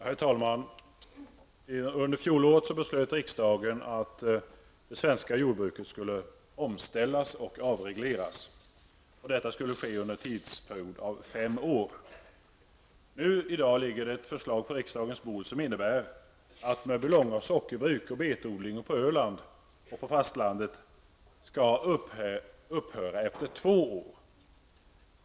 Herr talman! Under fjolåret beslöt riksdagen att det svenska jordbruket skulle omställas och avregleras. Det skulle ske under en tidsperiod av fem år. I dag ligger på riksdagens bord ett förslag som innebär att Mörbylånga sockerbruk och betodlingen på Öland och på fastlandet skall upphöra efter två år.